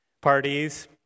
parties